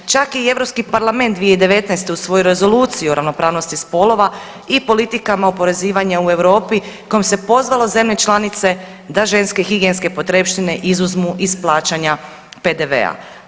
Čak je i Europski parlament 2019. usvojio i Rezoluciju o ravnopravnosti spolova i politikama oporezivanja u Europi kojom se pozvalo zemlje članice da ženske higijenske potrepštine izuzmu iz plaćanja PDV-a.